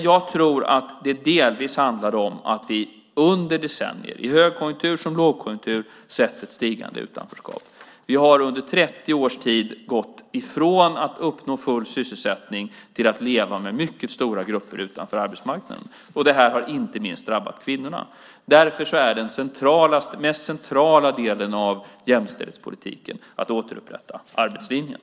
Jag tror att det delvis handlar om att vi under decennier, i högkonjunktur som lågkonjunktur, sett ett stigande utanförskap. Vi har under 30 års tid gått från att uppnå full sysselsättning till att leva med mycket stora grupper utanför arbetsmarknaden. Det har inte minst drabbat kvinnorna. Därför är den mest centrala delen av jämställdhetspolitiken att återupprätta arbetslinjen.